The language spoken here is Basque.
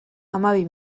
hamabi